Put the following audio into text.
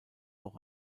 auch